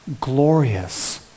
glorious